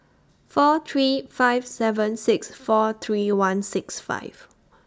four three five seven six four three one six five